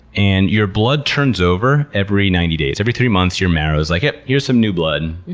and your blood turns over every ninety days. every three months, your marrow's like, yup, here's some new blood.